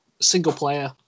single-player